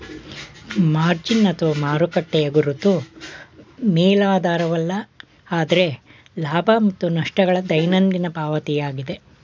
margin ಅಥವಾ ಮಾರುಕಟ್ಟೆಯ ಗುರುತು ಮೇಲಾಧಾರವಲ್ಲ ಆದ್ರೆ ಲಾಭ ಮತ್ತು ನಷ್ಟ ಗಳ ದೈನಂದಿನ ಪಾವತಿಯಾಗಿದೆ